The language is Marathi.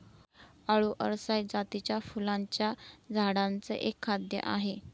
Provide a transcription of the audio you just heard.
आळु अरसाय जातीच्या फुलांच्या झाडांचे एक खाद्य आहे